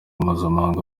mpuzamahanga